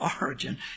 origin